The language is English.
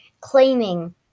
claiming